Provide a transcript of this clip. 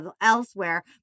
elsewhere